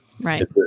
Right